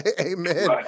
Amen